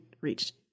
reached